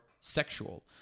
sexual